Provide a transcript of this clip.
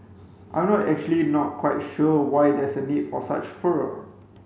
I'm actually not quite sure why there's a need for such furor